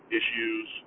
issues